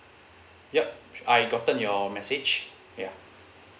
yup I've gotten your message ya